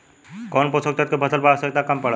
कौन पोषक तत्व के फसल पर आवशयक्ता कम पड़ता?